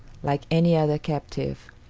like any other captive,